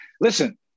listen